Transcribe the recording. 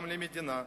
גם למדינה,